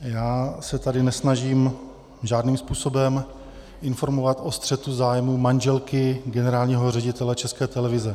Já se tady nesnažím žádným způsobem informovat o střetu zájmů manželky generálního ředitele České televize.